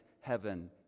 heaven